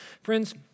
Friends